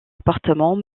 appartement